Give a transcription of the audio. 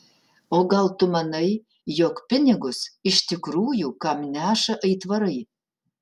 o gal tu manai jog pinigus iš tikrųjų kam neša aitvarai